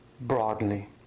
broadly